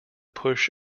push